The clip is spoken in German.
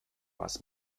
was